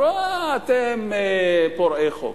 אמרו: אתם פורעי חוק,